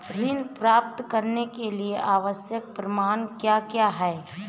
ऋण प्राप्त करने के लिए आवश्यक प्रमाण क्या क्या हैं?